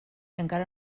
encara